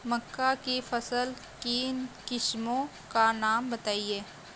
मक्का की फसल की किस्मों का नाम बताइये